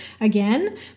again